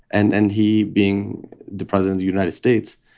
and and he, being the president the united states,